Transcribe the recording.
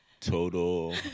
total